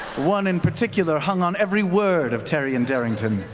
one in particular hung on every word of taryon darrington.